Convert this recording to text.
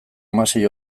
hamasei